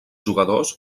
jugadors